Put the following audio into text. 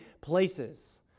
places